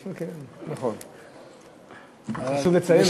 כן, נכון, אבל חשוב לציין את זה.